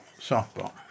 softball